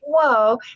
whoa